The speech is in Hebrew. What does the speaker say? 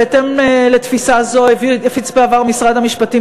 בהתאם לתפיסה זו הפיץ בעבר משרד המשפטים